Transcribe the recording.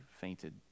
fainted